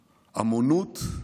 עמונות,